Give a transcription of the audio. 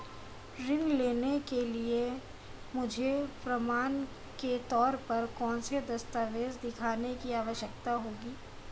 ऋृण लेने के लिए मुझे प्रमाण के तौर पर कौनसे दस्तावेज़ दिखाने की आवश्कता होगी?